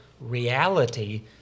reality